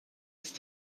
ist